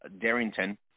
Darrington